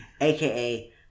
aka